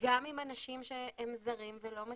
גם עם אנשים שהם זרים ולא מכירים,